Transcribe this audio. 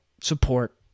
support